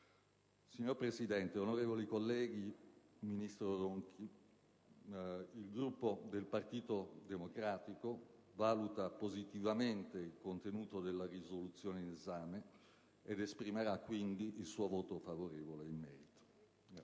Signora Presidente, onorevoli colleghi, ministro Ronchi, il Gruppo del Partito Democratico valuta positivamente il contenuto della risoluzione in esame ed esprimerà pertanto il suo voto a favore. *(Applausi dai